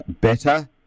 better